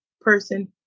person